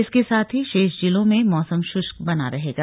इसके साथ ही शेष जिलों में मौसम शृष्क बना रहेगा